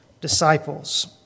disciples